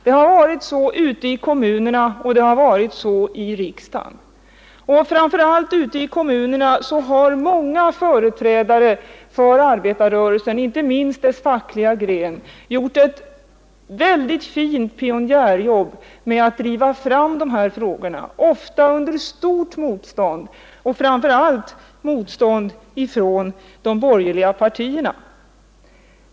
Det har varit så både ute i kommunerna och i riksdagen. I kommunerna har framför allt många företrädare för arbetarrörelsen, inte minst dess fackliga gren, gjort ett mycket fint pionjärjobb med att driva fram dessa frågor, ofta under stort motstånd från framför allt de borgerliga partierna.